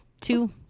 two